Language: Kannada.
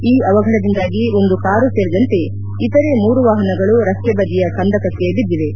ಈ ಅವಘಡದಿಂದಾಗಿ ಒಂದು ಕಾರು ಸೇರಿದಂತೆ ಇತರೆ ಮೂರು ವಾಹನಗಳು ರಸ್ತೆ ಬದಿಯ ಕಂದಕಕ್ಕೆ ಬಿದ್ದಿವೆ